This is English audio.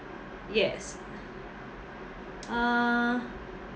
yes uh